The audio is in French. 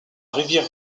rivière